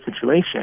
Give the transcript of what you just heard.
situation